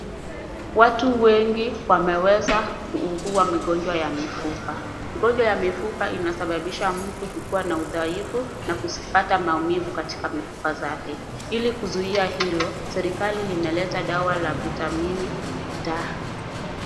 Watu wengi wameweza kuugua ugonjwa wa mifupa. Ugonjwa wa mifupa inasababisha mtu kuwa na udhaifu na kupata maumivu katika mifupa yake. Ili kuzuia hiyo, serikali imeleta dawa ya vitamini da.